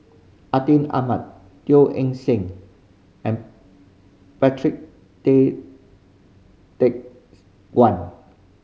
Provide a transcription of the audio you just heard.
Atin Amat Teo Eng Seng and Patrick Tay Teck Guan